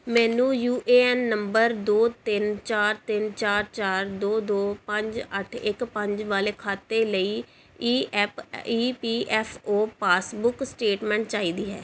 ਮੈਨੂੰ U A N ਨੰਬਰ ਦੋ ਤਿੰਨ ਚਾਰ ਤਿੰਨ ਚਾਰ ਚਾਰ ਦੋ ਦੋ ਪੰਜ ਅੱਠ ਇਕ ਪੰਜ ਵਾਲੇ ਖਾਤੇ ਲਈ ਈ ਐੱਪ E P F O passbook statement ਚਾਹੀਦੀ ਹੈ